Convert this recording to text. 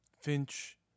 Finch